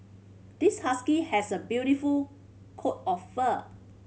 this husky has a beautiful coat of fur